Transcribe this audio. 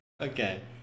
Okay